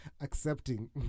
accepting